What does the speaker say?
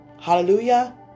Hallelujah